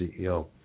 CEO